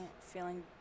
feeling